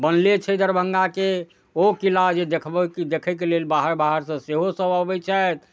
बनले छै दरभङ्गाके ओ किला जे देखबै कि देखैके लेल बाहर बाहरसँ सेहो सब आबै छथि